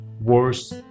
worse